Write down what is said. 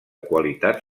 qualitat